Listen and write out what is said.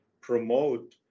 promote